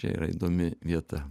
čia yra įdomi vieta